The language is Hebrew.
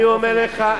אני אומר לך,